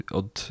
od